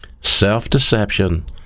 self-deception